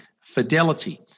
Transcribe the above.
fidelity